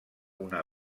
una